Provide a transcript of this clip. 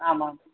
आमाम्